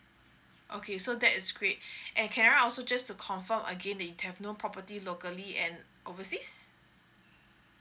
okay so that is great and can I also just to confirm again that you have no property locally and overseas